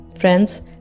Friends